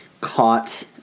caught